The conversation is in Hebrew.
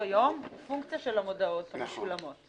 יום הוא פונקציה של המודעות המשולמות.